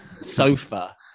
sofa